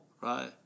Right